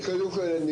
קודם כל,